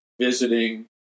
visiting